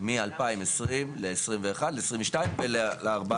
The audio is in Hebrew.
משנת 2020 ל-2021 ול-2022 והלאה.